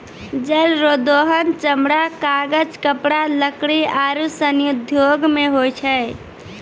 जल रो दोहन चमड़ा, कागज, कपड़ा, लकड़ी आरु सनी उद्यौग मे होय छै